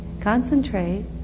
Concentrate